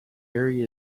area